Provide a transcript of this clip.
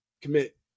commit